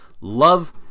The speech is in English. Love